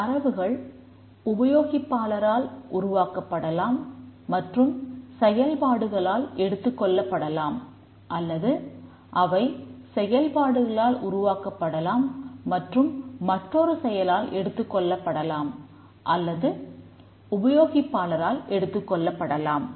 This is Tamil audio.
தரவுகள் உபயோகிப்பாளரால் உருவாக்கப்பட்டலாம் மற்றும் செயல்பாடுகளால் எடுத்துக்கொள்ளப்படலாம் அல்லது அவை செயல்பாடுகளால் உருவாக்கப்பட்டலாம் மற்றும் மற்றொரு செயலால் எடுத்துக்கொள்ளப்படலாம் அல்லது உபயோகிப்பாளரால் எடுத்துக்கொள்ளப்படலாம்